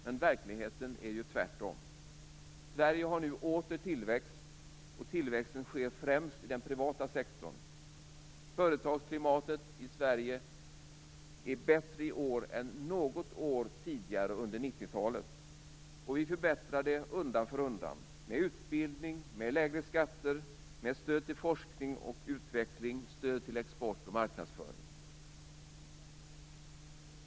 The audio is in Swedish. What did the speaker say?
Men i verkligheten är det tvärtom. Sverige har nu åter tillväxt, och tillväxten sker främst i den privata sektorn. Företagsklimatet i Sverige är bättre i år än något år tidigare under 1990-talet, och vi förbättrar det undan för undan - med utbildning, lägre skatter, stöd till forskning och utveckling och stöd till export och marknadsföring.